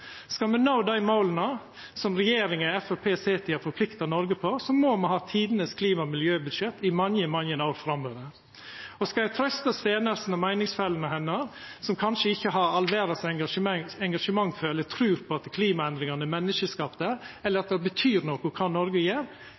Skal me nå dei måla regjeringa Framstegspartiet sit i, har forplikta Noreg til, så må me ha tidenes klima- og miljøbudsjett i mange, mange år framover. Så skal eg trøysta Stenersen og meiningsfellane hennar, som kanskje ikkje har all verdas engasjement for eller trur på at klimaendringane er menneskeskapte, eller at det betyr noko kva Noreg gjer: